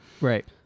Right